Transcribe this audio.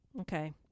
Okay